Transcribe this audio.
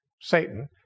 Satan